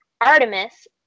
Artemis